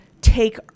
take